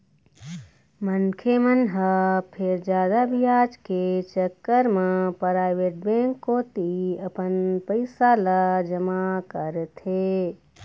मनखे मन ह फेर जादा बियाज के चक्कर म पराइवेट बेंक कोती अपन पइसा ल जमा करथे